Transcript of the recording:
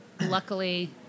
luckily